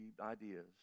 ideas